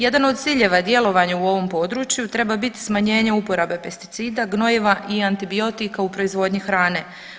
Jedan od ciljeva je djelovanje u ovom području treba biti smanjenje uporabe pesticida, gnojiva i antibiotika u proizvodnji hrane.